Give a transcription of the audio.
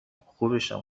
خوبشم